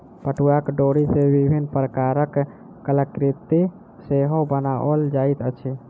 पटुआक डोरी सॅ विभिन्न प्रकारक कलाकृति सेहो बनाओल जाइत अछि